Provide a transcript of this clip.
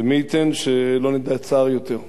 ומי ייתן שלא נדע צער יותר.